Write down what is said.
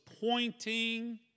pointing